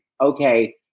okay